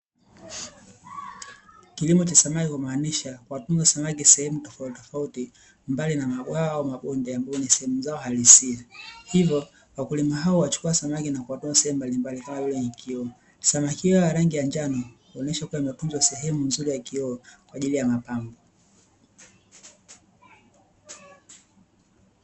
Kilimo cha samaki humaanisha kuwatunza samaki sehemu tofauti tofauti, mbali na mabwawa au mabonde ambayo ni sehemu zao halisia, hivyo wakulima hao huwachukua samaki na kuwatunza sehemu mbalimbali kama vile; kwenye kioo, samaki hao wa rangi ya njano huonesha kuwa wametunzwa kwenye sehemu nzuri ya kioo kwa ajili ya mapambo.